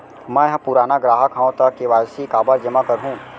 मैं ह पुराना ग्राहक हव त के.वाई.सी काबर जेमा करहुं?